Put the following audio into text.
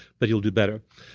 but you'll do better.